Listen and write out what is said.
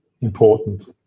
important